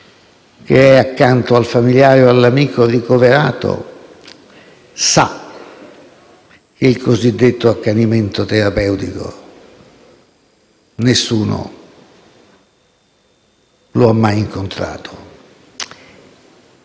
che è accanto al familiare o all'amico ricoverato, sa che il cosiddetto accanimento terapeutico nessuno lo ha mai incontrato.